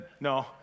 No